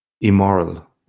immoral